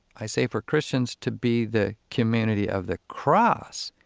i say, for christians to be the community of the cross.